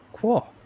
Cool